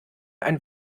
ein